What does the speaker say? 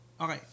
Okay